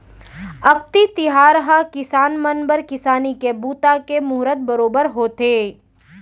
अक्ती तिहार ह किसान मन बर किसानी के बूता के मुहरत बरोबर होथे